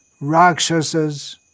rakshasas